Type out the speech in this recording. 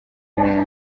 imibonano